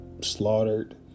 slaughtered